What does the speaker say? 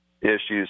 issues